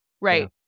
right